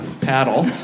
paddle